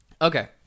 Okay